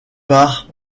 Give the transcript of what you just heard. par